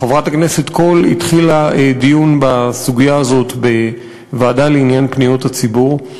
חברת הכנסת קול התחילה דיון בסוגיה הזאת בוועדה לפניות הציבור.